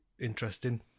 interesting